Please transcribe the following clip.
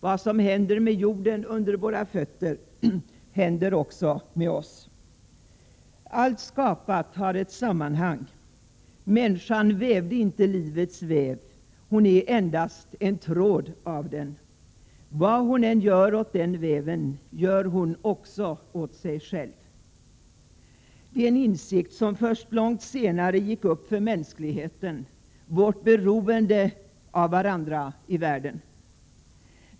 Vad som händer med jorden under våra fötter händer också med oss. Allt skapat har ett sammanhang. Mänskan vävde inte livets väv. Hon är endast en tråd av den. Vad hon än gör åt den väven gör hon också åt sig själv.” Det är en insikt som först långt senare gick upp för mänskligheten: vårt beroende av varandra i världen.